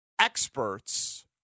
Experts